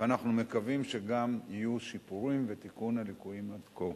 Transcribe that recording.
ואנחנו מקווים שגם יהיו שיפורים ותיקון הליקויים עד כה.